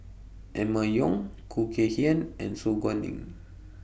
Emma Yong Khoo Kay Hian and Su Guaning